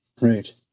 Right